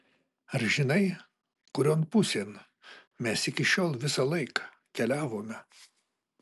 ar žinai kurion pusėn mes iki šiol visąlaik keliavome